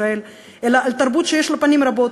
ישראל אלא על תרבות שיש לה פנים רבות.